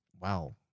Wow